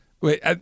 wait